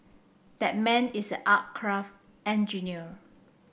that man is aircraft engineer